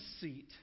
seat